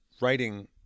writing